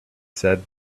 said